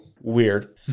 weird